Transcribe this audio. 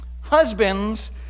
Husbands